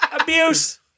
Abuse